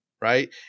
right